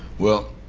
well,